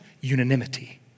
unanimity